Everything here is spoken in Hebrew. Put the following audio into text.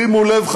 שימו לב,